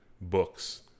books